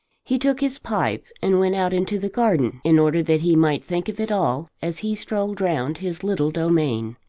he took his pipe and went out into the garden in order that he might think of it all as he strolled round his little domain.